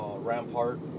Rampart